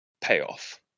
payoff